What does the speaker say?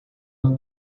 uma